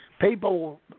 people